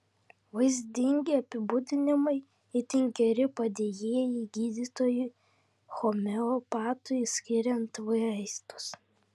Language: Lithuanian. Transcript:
vaizdingi apibūdinimai itin geri padėjėjai gydytojui homeopatui skiriant vaistus